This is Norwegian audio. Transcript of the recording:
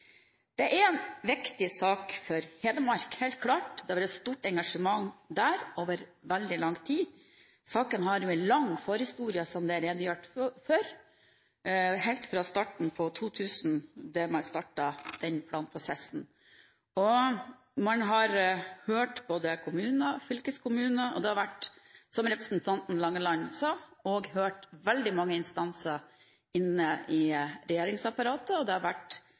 Det er en viktig sak for Hedmark, helt klart. Det har vært stort engasjement der over veldig lang tid. Saken har en lang forhistorie, som det er redegjort for, helt fra starten på 2000, da man startet planprosessen. Man har hørt både kommuner og fylkeskommuner, man har, som representanten Langeland sa, hørt veldig mange instanser inne i regjeringsapparatet, og det har vært